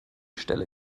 stelle